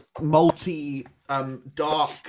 multi-dark